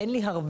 אין לי הרבה,